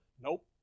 Nope